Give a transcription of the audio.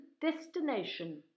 destination